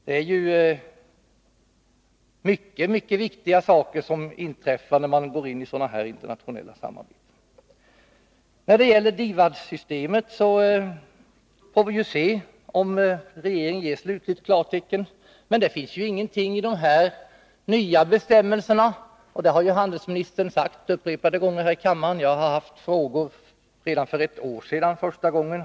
Det är ju mycket viktiga saker som inträffar när man går in i ett sådant här internationellt samarbete. Då det gäller DIVAD-systemet får vi se om regeringen ger slutligt klartecken. Det finns ju ingenting i de här nya bestämmelserna som hindrar det. Det har handelsministern sagt upprepade gånger här i kammaren. Jag ställde en fråga redan för ett år sedan första gången.